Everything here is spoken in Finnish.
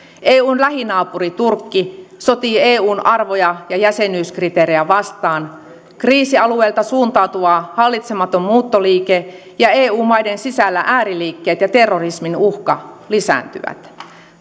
eun lähinaapuri turkki sotii eun arvoja ja jäsenyyskriteerejä vastaan kriisialueilta suuntautuva hallitsematon muuttoliike ja eu maiden sisällä ääriliikkeet ja terrorismin uhka lisääntyvät